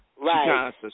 Right